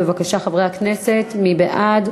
בבקשה, חברי הכנסת, מי בעד?